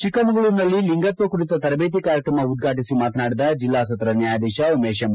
ಚಿಕ್ಕಮಗಳೂರಿನಲ್ಲಿ ಲಿಂಗತ್ವ ಕುರಿತ ತರಬೇತಿ ಕಾರ್ಯಕ್ರಮ ಉದ್ಘಾಟಿಸಿ ಮಾತನಾಡಿದ ಜಿಲ್ಲಾ ಸತ್ರ ನ್ಯಾಯಾಧೀಶ ಉಮೇಶ್ ಎಂ